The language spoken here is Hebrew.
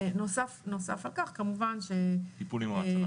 נוסף על כך כמובן ש --- טיפול נמרץ.